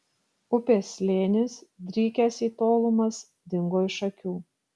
upės slėnis drykęs į tolumas dingo iš akių